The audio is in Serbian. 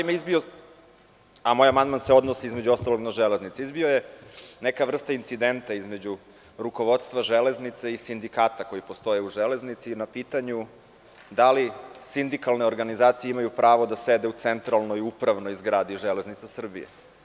Moj se odnosi, između ostalog, na „Železnice“ izbila je neka vrsta incidenta između rukovodstva „Železnice“ i sindikata koji postoje u „Železnici“ na pitanju – da li sindikalne organizacije imaju pravo da sede u centralnoj upravnoj zgradi „Železnica Srbije“